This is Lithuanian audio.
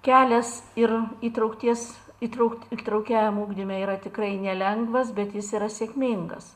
kelias ir įtraukties įtraukt įtraukiajam ugdyme yra tikrai nelengvas bet jis yra sėkmingas